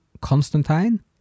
Constantine